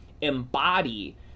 embody